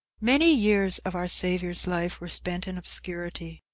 many years of our saviour's life were spent in obscurity.